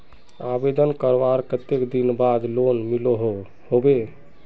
आवेदन करवार कते दिन बाद लोन मिलोहो होबे?